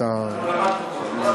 אנחנו למדנו פה.